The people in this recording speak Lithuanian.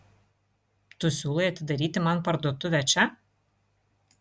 tu siūlai atidaryti man parduotuvę čia